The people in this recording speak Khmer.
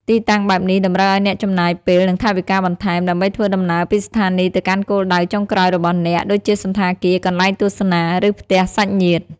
ទីតាំងបែបនេះតម្រូវឱ្យអ្នកចំណាយ ពេល និងថវិកាបន្ថែម ដើម្បីធ្វើដំណើរពីស្ថានីយ៍ទៅកាន់គោលដៅចុងក្រោយរបស់អ្នក ដូចជាសណ្ឋាគារ កន្លែងទស្សនា ឬផ្ទះសាច់ញាតិ។